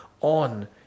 on